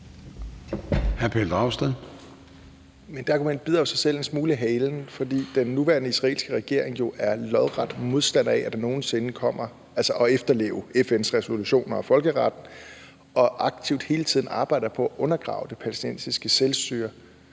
Pelle Dragsted (EL): Men det argument bider jo sig selv en smule i halen. For den nuværende israelske regering er jo lodret modstander af, at det nogensinde kommer, altså at efterleve FN's resolutioner og folkeretten, og arbejder hele tiden aktivt på at undergrave det palæstinensiske selvstyre